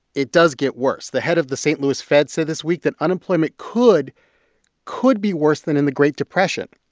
it does get worse. the head of the st. louis fed said this week that unemployment could could be worse than in the great depression.